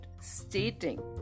stating